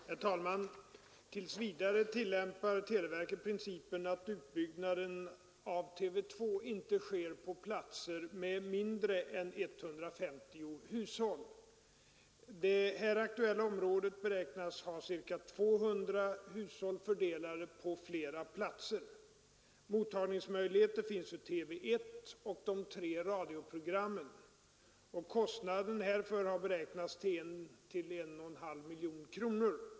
Herr talman! Tills vidare tillämpar televerket principen att utbyggnaden av TV 2 inte sker på platser med mindre än 150 hushåll. Det här aktuella området beräknas ha ca 200 hushåll fördelade på flera platser. Mottagningsmöjligheter finns för TV 1 och för de tre radioprogrammen. Kostnaden härför har beräknats till I 1/2 miljon kronor.